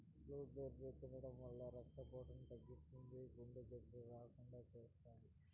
blueberry తినడం వల్ల రక్త పోటును తగ్గిస్తుంది, గుండె జబ్బులు రాకుండా చేస్తాది